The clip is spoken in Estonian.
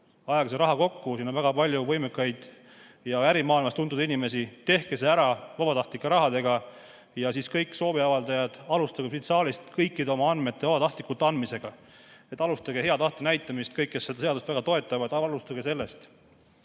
ajage see raha kokku, siin on väga palju võimekaid ja ärimaailmas tuntud inimesi, tehke see ära vabatahtlike rahaga, ja kõik sooviavaldajad siit saalist, alustage oma andmete vabatahtliku andmisega. Alustage hea tahte näitamist, kõik, kes te seda seadust väga toetate, alustage sellest.